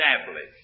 established